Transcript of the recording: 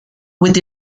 with